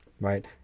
right